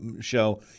show